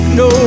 no